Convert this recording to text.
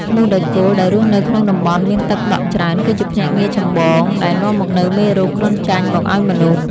មូសដែកគោលដែលរស់នៅក្នុងតំបន់មានទឹកដក់ច្រើនគឺជាភ្នាក់ងារចម្បងដែលនាំមកនូវមេរោគគ្រុនចាញ់មកឱ្យមនុស្ស។